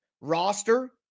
roster